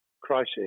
crisis